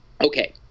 Okay